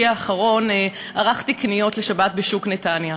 האחרון ערכתי קניות לשבת בשוק נתניה.